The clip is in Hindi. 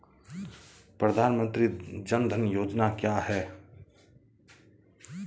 प्रधानमंत्री जन धन योजना क्या है?